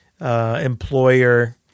employer